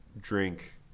drink